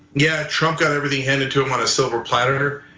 yeah, trump got everything handed to him on a silver platter.